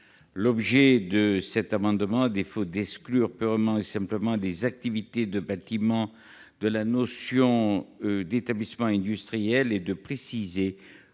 L'objet de cet amendement, à défaut d'exclure purement et simplement les activités du bâtiment de la notion d'établissement industriel, est de préciser